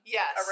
Yes